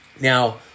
Now